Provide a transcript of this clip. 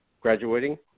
graduating –